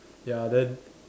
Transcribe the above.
ya then